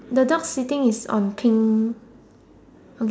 the dog sitting is on pink